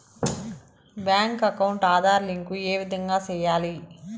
Bank account Aadhaar link ఏ విధంగా సెయ్యాలి?